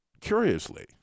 curiously